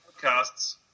podcasts